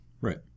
Right